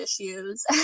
issues